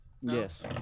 Yes